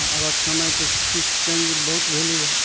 तऽ आबक समय तऽ कृषि चेंज बहुत भेलइए